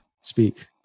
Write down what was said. speak